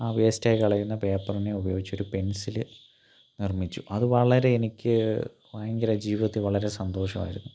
ആ വേസ്റ്റൊക്കെ കളയുന്ന പേപ്പറിനെ ഉപയോഗിച്ചൊരു പെൻസില് നിർമ്മിച്ചു അത് വളരെ എനിക്ക് ഭയങ്കര ജീവിതത്തിൽ വളരെ സന്തോഷവായിരുന്നു